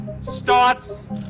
starts